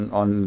on